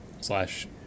slash